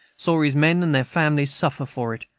saw his men and their families suffer for it,